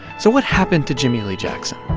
so what happened to jimmie lee jackson?